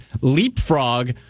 leapfrog